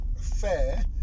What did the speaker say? fair